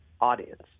audience